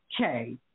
okay